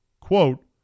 quote